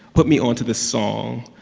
put me onto this song.